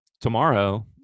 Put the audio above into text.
tomorrow